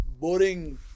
boring